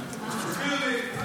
תסביר לי.